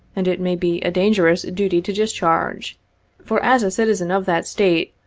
and it may be a dangerous duty to discharge for as a citizen of that state,